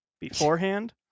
beforehand